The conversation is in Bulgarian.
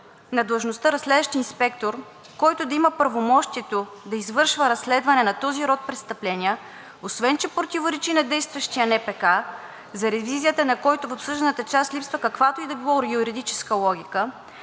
на длъжността „разследващ инспектор“, който да има правомощието да извършва разследване на този род престъпления, освен че противоречи на действащия НПК за ревизията, на който в обсъжданата част липсва каквато и да е било юридическа логика,